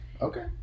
Okay